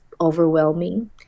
overwhelming